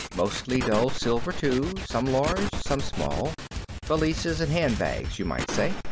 mostly dull silver too, some large, some small valises and handbags, you might say.